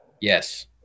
Yes